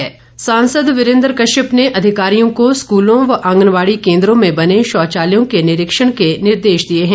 वीरेंद्र कश्यप सांसद वीरेंद्र कश्यप ने अधिकारियों को स्कलों व आंगनबाडी केंद्रों में बने शौचालयों के निरीक्षण का निर्देश दिया है